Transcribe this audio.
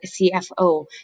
CFO